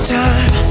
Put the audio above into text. time